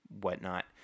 whatnot